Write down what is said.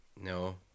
No